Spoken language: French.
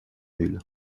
nulle